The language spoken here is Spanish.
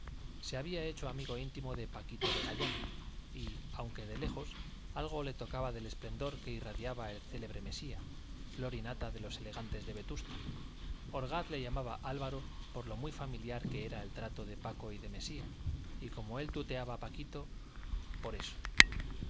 se había hecho amigo íntimo de paquito vegallana y aunque de lejos algo le tocaba del esplendor que irradiaba el célebre mesía flor y nata de los elegantes de vetusta orgaz le llamaba álvaro por lo muy familiar que era el trato de paco y de mesía y como él tuteaba a paquito por eso se